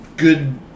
Good